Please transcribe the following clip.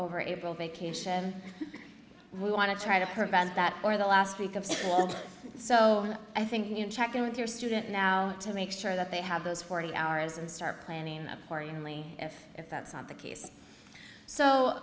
over april vacation we want to try to prevent that or the last week of school so i think check in with your student now to make sure that they have those forty hours and start planning that for you if if that's not the case so